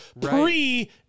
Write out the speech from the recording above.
pre